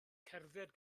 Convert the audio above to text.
cerdded